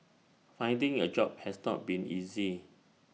finding A job has not been easy